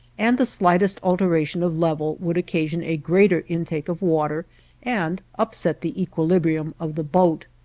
and the slightest alteration of level would occasion a greater intake of water and upset the equilibrium of the boat.